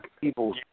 people